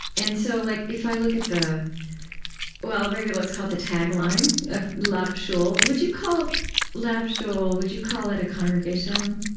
and so like if i look at the well, maybe let's call it the tagline of lab shul would you call lab shul, would you call it a congregation,